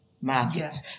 markets